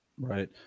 Right